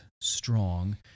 strong